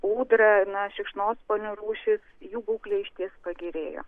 ūdra na šikšnosparnių rūšis jų būklė išties pagerėjo